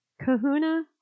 Kahuna